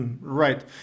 Right